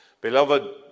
Beloved